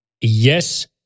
Yes